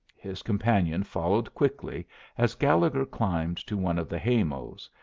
his companion followed quickly as gallegher climbed to one of the hay-mows,